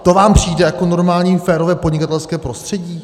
To vám přijde jako normální férové podnikatelské prostředí?